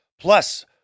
Plus